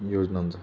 योजनांचा